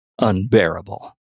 unbearable